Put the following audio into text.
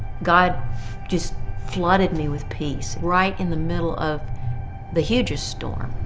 god just flooded me with peace, right in the middle of the hugest storm.